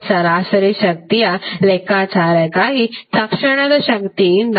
ಸರಾಸರಿ ಶಕ್ತಿಯ ಲೆಕ್ಕಾಚಾರಕ್ಕಾಗಿತಕ್ಷಣದ ಶಕ್ತಿಯಿಂದinstantaneous power